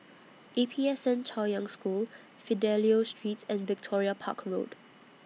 A P S N Chaoyang School Fidelio Street and Victoria Park Road